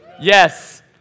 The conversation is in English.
Yes